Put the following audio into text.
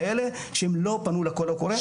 כאלה שהם לא פנו לקול הקורא.